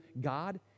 God